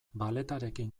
balletarekin